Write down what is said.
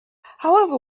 however